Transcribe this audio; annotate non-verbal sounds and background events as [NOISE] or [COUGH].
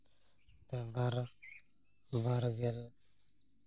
[UNINTELLIGIBLE] ᱵᱟᱨᱜᱮᱞ